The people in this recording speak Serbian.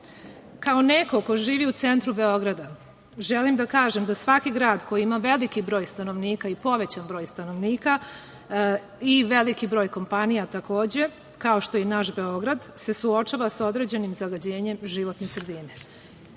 neko ko živi u centru Beograda želim da kažem da svaki grad koji ima veliki broj stanovnika i povećan broj stanovnika i veliki broj kompanija, takođe, kao što je i naš Beograd se suočava sa određenim zagađenjem životne sredine. Kada